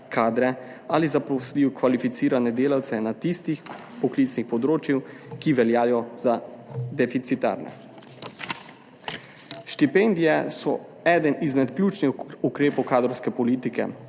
kadre ali zaposlijo kvalificirane delavce na tistih poklicnih področjih, ki veljajo za deficitarne. Štipendije so eden izmed ključnih ukrepov kadrovske politike.